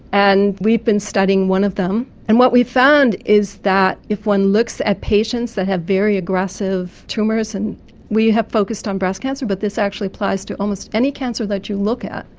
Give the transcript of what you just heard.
and we've been studying one of them. and what we've found is that if one looks at patients that have very aggressive tumours, and we have focused on breast cancer but this actually applies to almost any cancer that you look at,